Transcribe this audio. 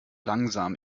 langsam